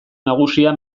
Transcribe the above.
nagusia